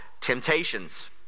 temptations